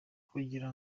kugira